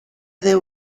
there